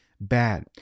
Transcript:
Bad